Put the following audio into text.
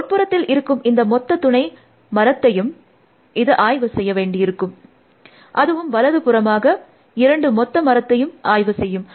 உட்புறத்தில் இருக்கும் இந்த மொத்த துணை மரத்தையும் அது ஆய்வு செய்ய வேண்டியதிருக்கும் அதுவும் வலது புறமாக இரண்டும் மொத்த மரத்தையும் ஆய்வு செய்யும்